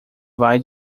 vai